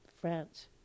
France